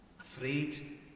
afraid